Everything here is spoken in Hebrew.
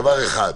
זה דבר אחד.